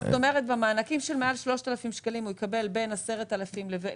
זאת אומרת שבמענקים של מעל 3,000 שקלים הוא יקבל בין 10,000 לבין